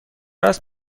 است